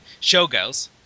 Showgirls